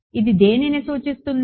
ఇది దేనిని సూచిస్తుంది